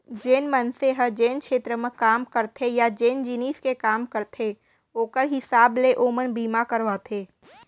जेन मनसे ह जेन छेत्र म काम करथे या जेन जिनिस के काम करथे ओकर हिसाब ले ओमन बीमा करवाथें